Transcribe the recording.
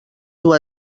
dur